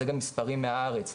זה גם מספרים מהארץ,